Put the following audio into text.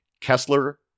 kessler